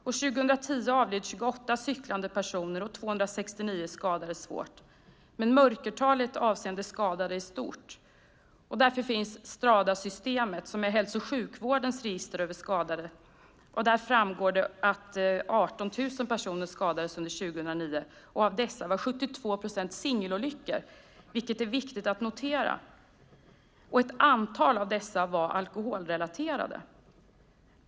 År 2010 avled 28 cyklande personer och 269 skadades svårt. Men mörkertalet avseende skadade är stort. Därför finns Stradasystemet, som är hälso och sjukvårdens register över skadade. Där framgår att 18 000 personer skadades under 2009. Av dessa var 72 procent singelolyckor, vilket är viktigt att notera. Ett antal av dessa olyckor var alkoholrelaterade.